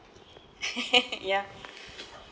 ya